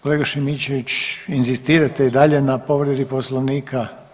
Kolega Šimičević inzistirate i dalje na povredi poslovnika?